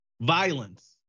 violence